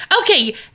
Okay